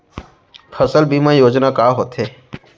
फसल बीमा योजना का होथे?